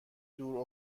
دور